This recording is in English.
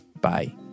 Bye